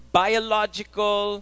biological